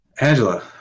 Angela